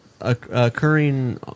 occurring